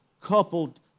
coupled